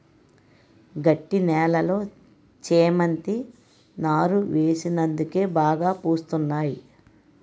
గట్టి నేలలో చేమంతి నారు వేసినందుకే బాగా పూస్తున్నాయి